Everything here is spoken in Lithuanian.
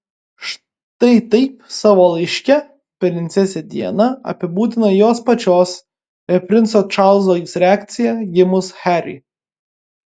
štai taip savo laiške princesė diana apibūdina jos pačios ir princo čarlzo reakciją gimus harry